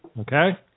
Okay